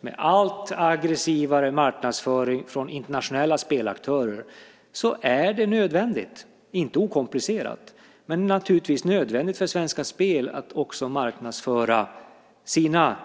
Med allt aggressivare marknadsföring från internationella spelaktörer är det naturligtvis nödvändigt - inte okomplicerat men nödvändigt - för Svenska Spel att också marknadsföra sina